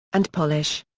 and polish.